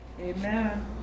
Amen